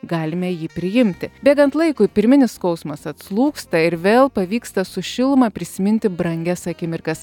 galime jį priimti bėgant laikui pirminis skausmas atslūgsta ir vėl pavyksta su šiluma prisiminti brangias akimirkas